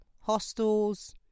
hostels